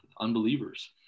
unbelievers